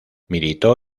militó